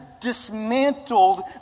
dismantled